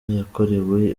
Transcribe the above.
yakorewe